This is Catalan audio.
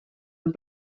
amb